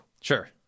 Sure